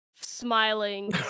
smiling